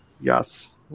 Yes